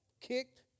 kicked